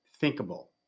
thinkable